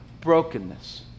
brokenness